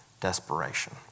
desperation